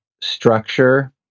structure